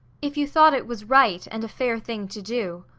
if you thought it was right and a fair thing to do.